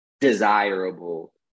desirable